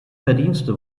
verdienste